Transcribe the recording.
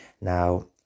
Now